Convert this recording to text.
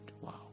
wow